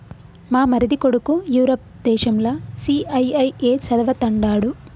మా మరిది కొడుకు యూరప్ దేశంల సీఐఐఏ చదవతండాడు